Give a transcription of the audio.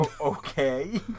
Okay